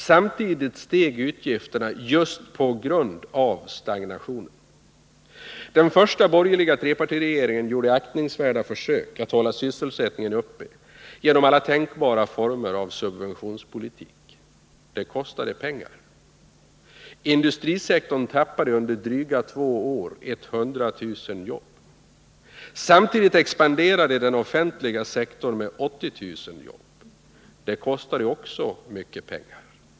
Samtidigt steg utgifterna just på grund av stagnationen. Den första borgerliga trepartiregeringen gjorde aktningsvärda försök att hålla sysselsättningen uppe genom alla tänkbara former av subventionspolitik. Det kostade pengar. Industrisektorn tappade under dryga två år 100 000 jobb. Samtidigt expanderade den offentliga sektorn med 80 000 jobb. Det kostade också mycket pengar.